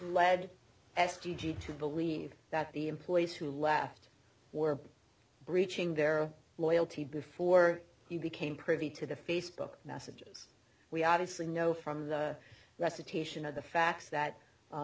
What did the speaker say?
led s t g to believe that the employees who left were breaching their loyalty before he became privy to the facebook messages we obviously know from the recitation of the facts that